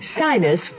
Sinus